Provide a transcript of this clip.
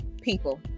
people